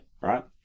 right